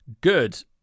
good